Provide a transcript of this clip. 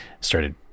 started